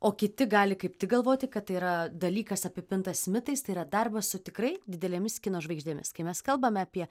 o kiti gali kaip tik galvoti kad tai yra dalykas apipintas mitais tai yra darbas su tikrai didelėmis kino žvaigždėmis kai mes kalbame apie